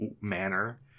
manner